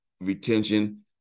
retention